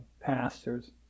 pastors